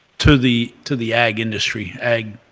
to the to the ag industry. ag,